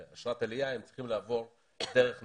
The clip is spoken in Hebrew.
אשרת עלייה הם צריכים לעבור דרך נתיב.